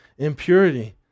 Impurity